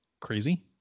crazy